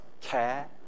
care